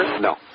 No